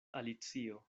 alicio